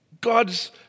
God's